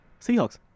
Seahawks